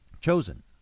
chosen